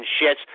shits